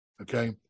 Okay